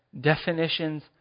definitions